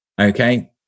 Okay